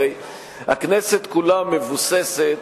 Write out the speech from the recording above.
הרי הכנסת כולה מבוססת,